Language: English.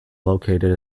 located